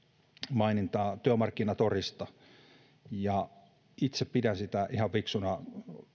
maininta työmarkkinatorista itse pidän sitä ihan fiksuna